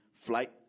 flight